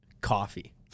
coffee